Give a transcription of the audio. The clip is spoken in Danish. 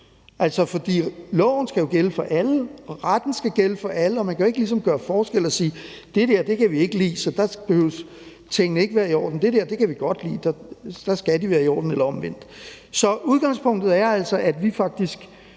for loven skal jo gælde for alle, retten skal gælde for alle, og man kan jo ikke ligesom gøre forskel og sige: Det der kan vi ikke lide, så der behøver tingene ikke være i orden, og det der kan vi godt lide, så der skal de være i orden eller omvendt. Så udgangspunktet er altså, at vi faktisk